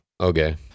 Okay